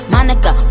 Monica